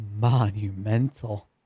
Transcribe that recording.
monumental